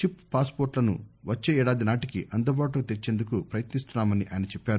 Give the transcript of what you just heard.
chip పాస్పోర్టులను వచ్చే ఏడాది నాటికి అందుబాటులోకి తెచ్చేందుకు ప్రపయత్నిస్తున్నామని ఆయన చెప్పారు